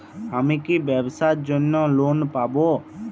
আমি কি ব্যবসার জন্য লোন পাব?